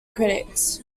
critics